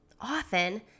often